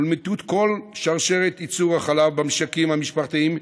ומיטוט כל שרשרת ייצור החלב במשקים המשפחתיים,